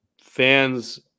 Fans